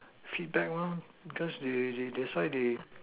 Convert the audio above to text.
feedback one cause they they that's why they